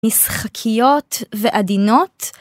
משחקיות ועדינות